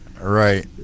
right